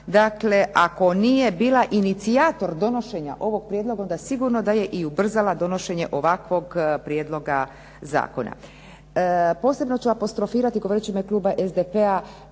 puta, ako nije bila inicijator donošenja ovog prijedloga, onda sigurno da je ubrzala donošenje ovakvog prijedloga zakona. Posebno ću apostrofirati govoreći u ime kluba SDP-a